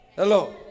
Hello